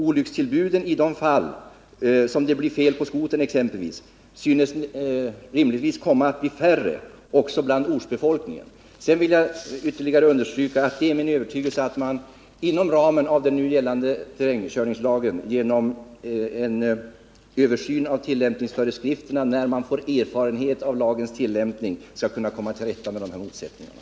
Olyckstillbuden i de fall då det blir fel på skotern exempelvis synes rimligen komma att bli färre också bland ortsbefolkningen. Jag vill ytterligare understryka att det är min övertygelse att man inom ramen av den nu gällande terrängkörningslagen genom en översyn av tillämpningsföreskrifterna, när man får erfarenhet av lagens tillämpning, skall kunna komma till rätta med motsättningarna.